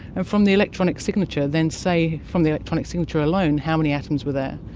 and from the electronic signature then say from the electronic signature alone how many atoms were there.